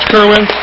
Kerwin